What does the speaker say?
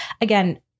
again